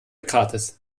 gratis